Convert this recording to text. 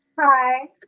Hi